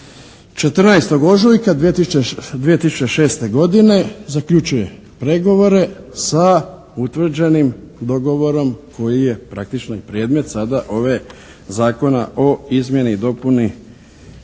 14. ožujka 2006. godine zaključuje pregovore sa utvrđenim dogovorom koji je praktično predmet sada ove Zakona o izmjeni i dopuni